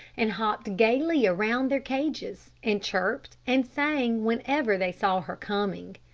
and hopped gayly around their cages, and chirped and sang whenever they saw her coming.